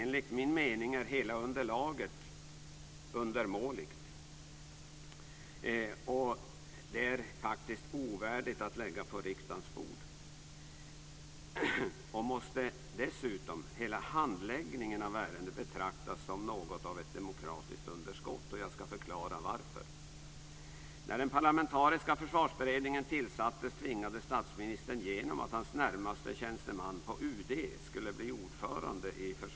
Enligt min mening är hela underlaget undermåligt, och det är faktiskt ovärdigt att lägga på riksdagens bord. Dessutom måste hela handläggningen av ärendet betraktas som något av ett demokratiskt underskott. Jag ska förklara varför. När den parlamentariska försvarsberedningen tillsattes tvingade statsministern igenom att hans närmaste tjänsteman på UD skulle bli ordförande.